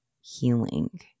healing